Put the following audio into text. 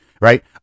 Right